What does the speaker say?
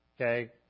Okay